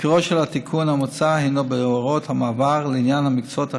עיקרו של התיקון המוצע הינו בהוראות המעבר לעניין המקצועות החדשים,